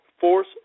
force